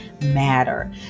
matter